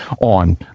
on